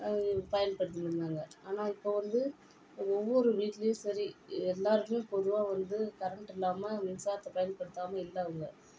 பயன்படுத்தின்னு இருந்தாங்க ஆனால் இப்போது வந்து ஒவ்வொரு வீட்டிலையும் சரி எல்லா இடத்துலையும் பொதுவாக வந்து கரண்டு இல்லாமல் மின்சாரத்தை பயன்படுத்தாமல் இல்லை அவங்க